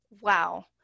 wow